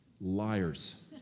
Liars